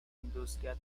industria